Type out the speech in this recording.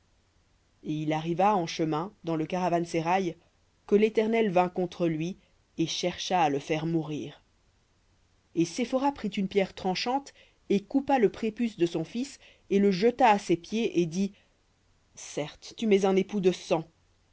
et il arriva en chemin dans le caravansérail que l'éternel vint contre lui et chercha à le faire mourir et séphora prit une pierre tranchante et coupa le prépuce de son fils et le jeta à ses pieds et dit certes tu m'es un époux de sang